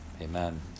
Amen